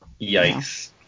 Yikes